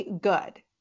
good